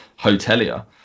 hotelier